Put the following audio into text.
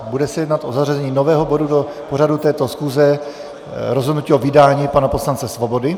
Bude se jednat o zařazení nového bodu do pořadu této schůze rozhodnutí o vydání pana poslance Svobody.